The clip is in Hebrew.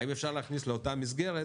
האם אפשר להכניס לאותה מסגרת